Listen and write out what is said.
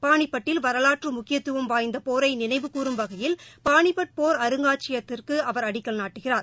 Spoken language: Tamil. பானிபட்டில் வரலாற்று முக்கியத்துவம் வாய்ந்த போரை நினைவு கூரும் வகையில் பானிபட் போர் அருங்காட்சியகத்திற்கு அவர் அடிக்கல் நாட்டுகிறார்